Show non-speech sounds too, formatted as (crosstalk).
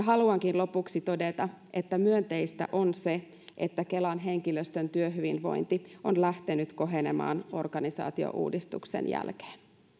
(unintelligible) haluankin lopuksi todeta että myönteistä on se että kelan henkilöstön työhyvinvointi on lähtenyt kohenemaan organisaatiouudistuksen jälkeen